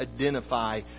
identify